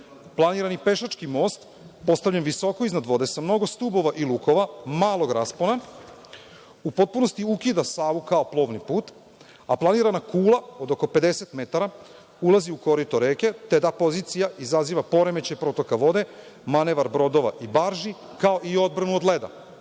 Planirani pešački most, postavljen visoko iznad vode, sa mnogo stubova i lukova, malog raspona, u potpunosti ukida Savu kao plovni put, a planirana kula od oko 50 metara ulazi u korito reke, te ta pozicija izaziva poremećaj protoka vode, manevar brodova i barži kao i odbranu od leda. Moram